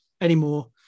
anymore